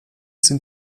sind